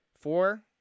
four